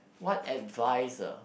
what advice ah